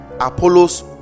Apollos